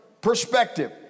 perspective